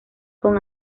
con